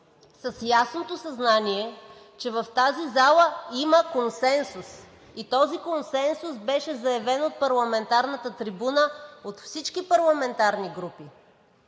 с ясното съзнание, че в тази зала има консенсус и този консенсус беше заявен от парламентарната трибуна от всички парламентарни групи.